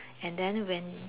and then when